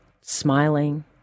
smiling